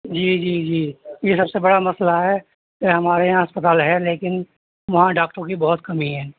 جی جی جی یہ سب سے بڑا مسئلہ ہے کہ ہمارے یہاں اسپتال ہے لیکن وہاں ڈاکٹروں کی بہت کمی ہے